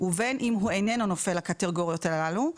ובין אם הוא איננו נופל לקטגוריות הללו,